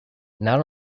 not